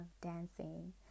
dancing